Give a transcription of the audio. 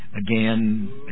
again